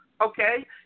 okay